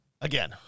again